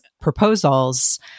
proposals